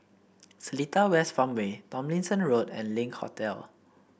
Seletar West Farmway Tomlinson Road and Link Hotel